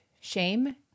shame